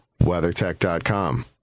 WeatherTech.com